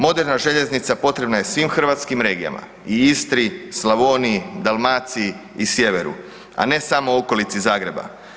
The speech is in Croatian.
Moderna željeznica potrebna je svim hrvatskim regijama, i Istri, Slavoniji, Dalmaciji i sjeveru a ne samo okolici Zagreba.